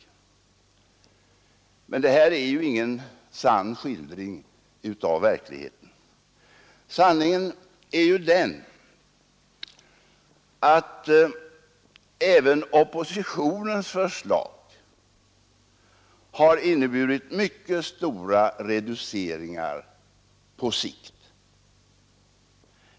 Men det är ingen sann skildring av verkligheten. Sanningen är i stället den att även oppositionens förslag på sikt innebär mycket stora reduceringar.